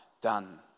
done